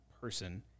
person